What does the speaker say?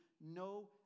no